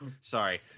Sorry